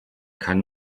kann